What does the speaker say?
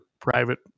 private